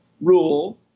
rule